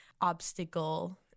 obstacle